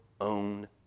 own